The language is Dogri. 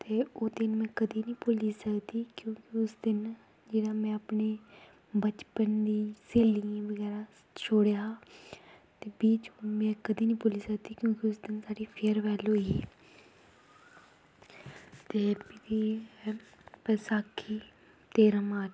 ते ओह् दिन कदैं नी भुल्ली सकदी क्योंकि उस दिन जेह्ड़ा में अपनी बचपन दी स्हेलियें गी शुड़ेआ ते बीह् जून में कदैं नी भुल्ली सकदी क्योंकि उस दिन साढ़ी फेयर बैल्ल होई ही ते फ्ही बसाखी तेरां मार्च